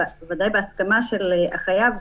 בוודאי בהסכמת החייב,